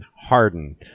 Harden